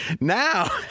Now